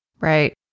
right